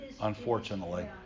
unfortunately